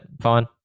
fine